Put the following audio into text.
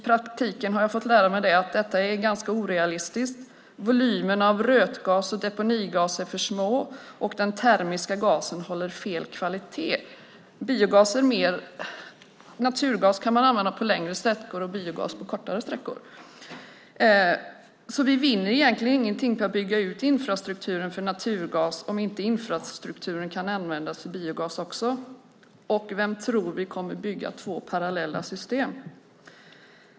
Jag har fått lära mig att det i praktiken är ganska orealistiskt. Volymerna av rötgas och deponigas är för små, och den termiska gasen håller fel kvalitet. Naturgas kan man använda på längre sträckor och biogas på kortare sträckor. Vi vinner alltså egentligen ingenting på att bygga ut infrastrukturen för naturgas om inte infrastrukturen kan användas även för biogas. Vem tror vi kommer att bygga två parallella system?